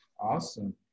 Awesome